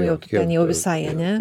nu jau tu ten jau visai ane